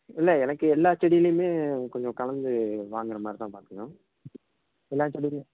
இல்லை எனக்கு எல்லா செடிலியுமே கொஞ்சம் கலந்து வாங்கிற மாதிரி தான் பார்க்கணும் எல்லா செடிலேயும்